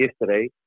yesterday